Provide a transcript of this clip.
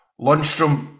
Lundstrom